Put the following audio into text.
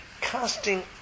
Casting